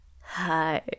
Hi